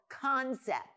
concept